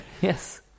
Yes